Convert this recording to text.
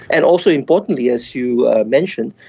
and also importantly, as you mentioned,